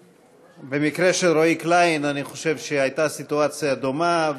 במקרה של רועי קליין אני חושב שהייתה סיטואציה דומה,